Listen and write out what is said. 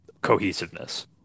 cohesiveness